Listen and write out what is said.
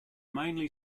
mainly